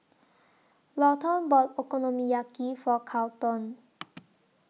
Lawton bought Okonomiyaki For Carlton